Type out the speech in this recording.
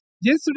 yesterday